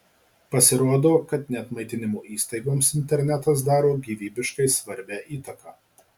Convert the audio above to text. pasirodo kad net maitinimo įstaigoms internetas daro gyvybiškai svarbią įtaką